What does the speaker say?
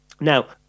now